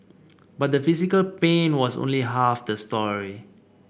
but the physical pain was only half the story